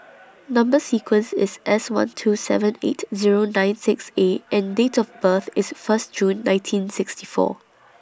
Number sequence IS S one two seven eight Zero nine six A and Date of birth IS First June nineteen sixty four